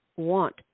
want